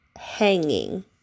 Hanging